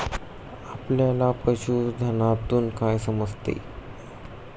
आपल्याला पशुधनातून काय समजते?